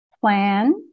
plan